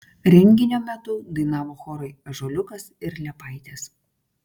renginio metu dainavo chorai ąžuoliukas ir liepaitės